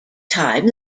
time